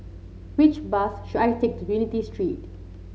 which bus should I take to Unity Street